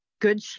good